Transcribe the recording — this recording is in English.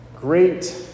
Great